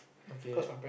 okay